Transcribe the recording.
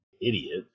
idiot